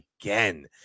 again